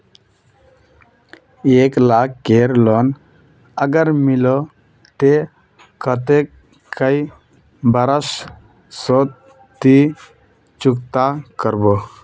एक लाख केर लोन अगर लिलो ते कतेक कै बरश सोत ती चुकता करबो?